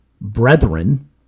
brethren